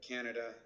Canada